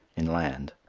in land.